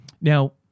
Now